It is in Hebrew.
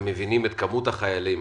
אבל רק חמישה חודשים